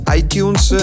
iTunes